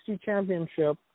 championship